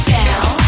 Down